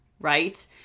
right